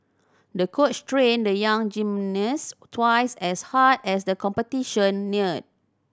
the coach trained the young gymnast twice as hard as the competition neared